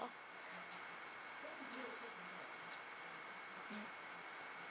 orh um